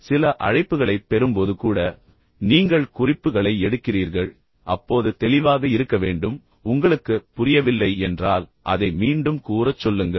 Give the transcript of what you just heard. அல்லது சில அழைப்புகளைப் பெறும்போது கூட பின்னர் நீங்கள் குறிப்புகளை எடுக்கிறீர்கள் பின்னர் நீங்கள் குறிப்புகளை எடுக்கும்போது தெளிவாக இருக்க வேண்டும் பின்னர் உங்களுக்கு புரியவில்லை என்றால் அதை மீண்டும் கூறச் சொல்லுங்கள்